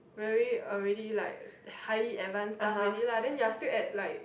very already like highly advanced stuff already lah then you're still at like